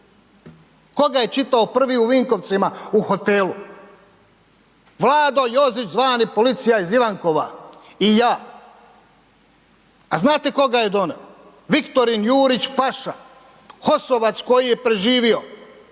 Ko ga je čitao prvi u Vinkovcima u hotelu? Vlado Jozić zvani Policija iz Ivankova i ja. A znate ko ga je doneo? Viktorin Jurić Paša, HOS-ovac koji je preživio,